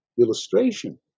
illustration